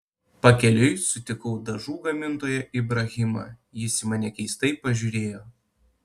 pakeliui sutikau dažų gamintoją ibrahimą jis į mane keistai pažiūrėjo